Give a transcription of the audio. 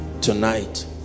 tonight